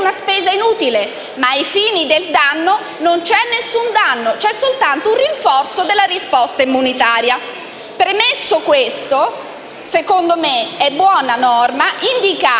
una spesa inutile, ma non c'è alcun danno. C'è soltanto un rinforzo della risposta immunitaria. Premesso questo, secondo me è buona norma indicare